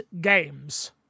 games